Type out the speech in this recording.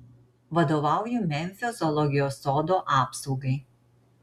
vadovauju memfio zoologijos sodo apsaugai